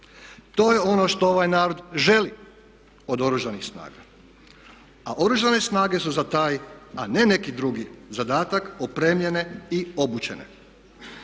To je ono što ovaj narod želi od Oružanih snaga. A Oružane snage su za taj, a ne neki drugi zadatak, opremljene i obučene.